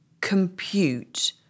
compute